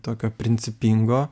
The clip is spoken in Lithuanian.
tokio principingo